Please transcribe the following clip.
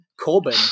Corbin